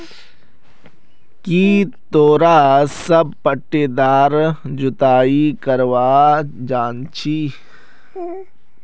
की तोरा सब पट्टीदार जोताई करवा जानछी